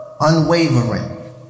unwavering